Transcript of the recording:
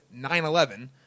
9-11